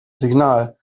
signal